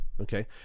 okay